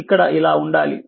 ఇక్కడ ఇలా ఉండాలి